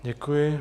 Děkuji.